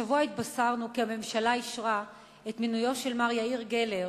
השבוע התבשרנו כי הממשלה אישרה את מינויו של מר יאיר גלר